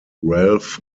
ralph